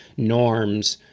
norms.